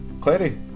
Clary